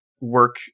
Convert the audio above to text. work